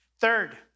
Third